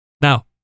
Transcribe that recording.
Now